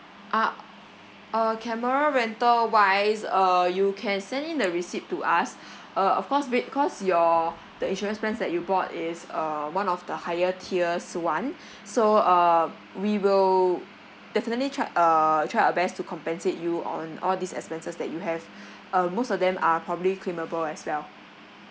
ah uh camera rental wise uh you can send in the receipt to us uh of course be~ because your the insurance plans that you bought is um one of the higher tiers [one] so um we will definitely try uh try our best to compensate you on all these expenses that you have uh most of them are probably claimable as well